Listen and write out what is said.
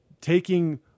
taking